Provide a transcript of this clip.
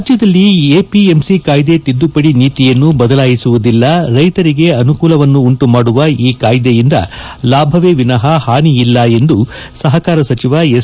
ರಾಜ್ಯದಲ್ಲಿ ಎಂಪಿಎಂಸಿ ಕಾಯ್ದೆ ತಿದ್ದುಪಡಿ ನೀತಿಯನ್ನು ಬದಲಾಯಿಸುವುದಿಲ್ಲ ರೈತರಿಗೆ ಅನುಕೂಲವನ್ನುಂಟು ಮಾಡುವ ಈ ಕಾಯ್ದೆಯಿಂದ ಲಾಭವೇ ವಿನಹ ಹಾನಿಯಿಲ್ಲ ಎಂದು ಸಹಕಾರ ಸಚಿವ ಎಸ್